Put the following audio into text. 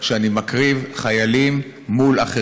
אני מציע לכולנו שהמילה "להקריב" היא לא תמיד חיים ומוות,